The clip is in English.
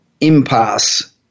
impasse